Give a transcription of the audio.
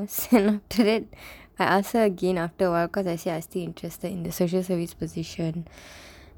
then after that I ask her again after awhile cause I say I still interested in the social service position